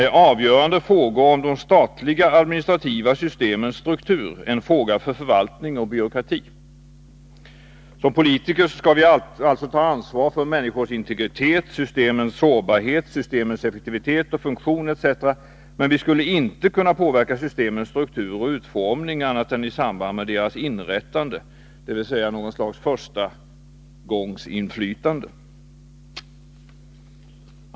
Är avgörande frågor om de statliga administrativa systemens struktur frågor för förvaltning och byråkrati? Som politiker skall vi ta ansvar för människors integritet, systemens sårbarhet, effektivitet, funktion etc., men som det här läggs fram skulle vi inte kunna påverka systemens struktur och utformning annat än i samband med deras inrättande — vi får alltså något slags förstagångsinflytande.